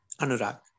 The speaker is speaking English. Anurag